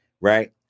Right